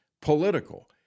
political